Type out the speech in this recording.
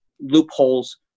loopholes